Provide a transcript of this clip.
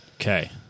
Okay